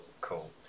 cool